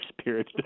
spirit